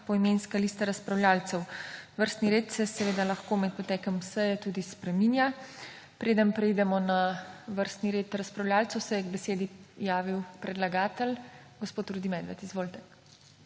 Poimenska lista razpravljavcev. Vrstni red se seveda lahko med potekom seje tudi spreminja. Preden preidemo na vrstni red razpravljavcev, se je k besedi javil predlagatelj gospod Rudi Medved. Izvolite.